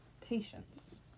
patience